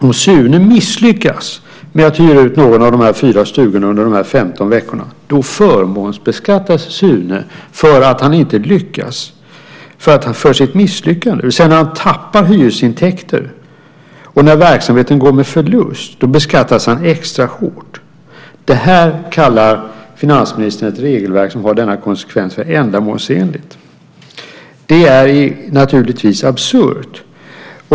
Om Sune misslyckas med att hyra ut någon av de fyra stugorna under de 15 veckorna förmånsbeskattas Sune för sitt misslyckande. Han tappar hyresintäkter och när verksamheten går med förlust beskattas han extra hårt. Ett regelverk som har denna konsekvens kallar finansministern för ändamålsenligt. Det är naturligtvis absurt.